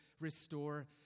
restore